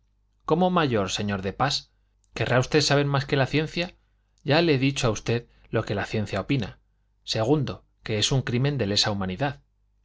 cómo mayor señor de pas querrá usted saber más que la ciencia ya le he dicho a usted lo que la ciencia opina segundo que es un crimen de lesa humanidad